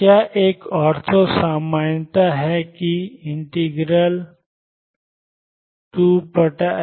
और क्या एक ऑर्थो सामान्यता है कि2LsinmπxLsinnπxLdxmn